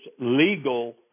legal